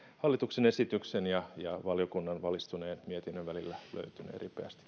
hallituksen esityksen ja ja valiokunnan valistuneen mietinnön välillä löytynee ripeästi